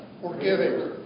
Forgiving